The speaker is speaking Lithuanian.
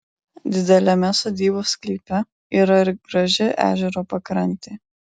dideliame sodybos sklype yra ir graži ežero pakrantė